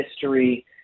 history